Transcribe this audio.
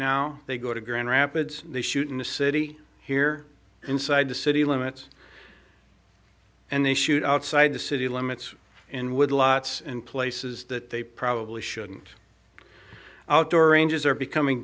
now they go to grand rapids they shoot in the city here inside the city limits and they shoot outside the city limits and would lots in places that they probably shouldn't outdoor angels are becoming